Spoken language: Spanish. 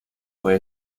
fue